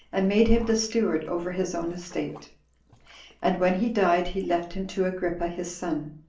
and made him the steward over his own estate and when he died, he left him to agrippa his son,